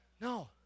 No